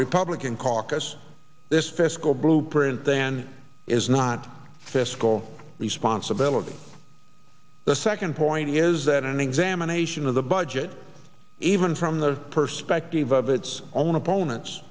republican caucus this fiscal blueprint then is not fiscal responsibility the second point is that an examination of the budget even from the perspective of its own opponents